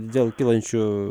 dėl kylančių